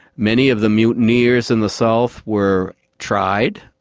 many of the mutineers in the south were tried,